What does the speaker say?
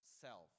self